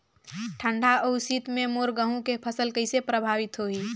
ठंडा अउ शीत मे मोर गहूं के फसल कइसे प्रभावित होही?